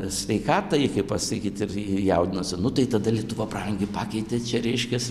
sveikatai kaip pasakyt ir jaudinosi nu tai tada lietuva brangi pakeitė čia reiškias